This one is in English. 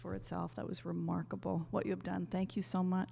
for itself that was remarkable what you've done thank you so much